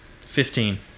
Fifteen